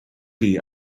chi